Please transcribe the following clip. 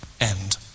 end